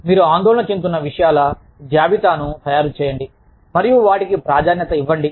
మీరు ఆందోళన చెందుతున్న విషయాల జాబితాను తయారు చేయండి మరియు వాటికి ప్రాధాన్యత ఇవ్వండి